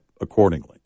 accordingly